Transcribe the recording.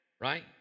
right